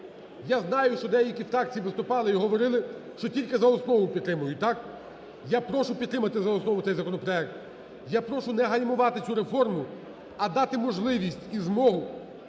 Я знаю, що деякі фракції виступали і говорили, що тільки за основу підтримують. Так? Я прошу підтримати за основу цей законопроект. Я прошу не гальмувати цю реформу, а дати можливість і змогу,